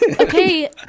Okay